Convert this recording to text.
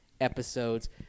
episodes